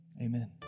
Amen